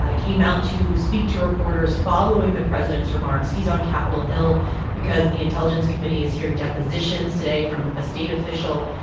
came out to speak to reporters following the president's remarks. he's on capitol hill because the intelligence committee is hearing depositions today from a state official.